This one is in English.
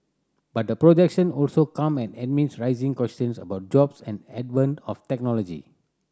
but the projection also come amid rising questions about jobs and advent of technology